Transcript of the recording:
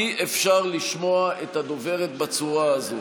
אי-אפשר לשמוע את הדוברת בצורה הזאת.